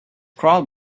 crawl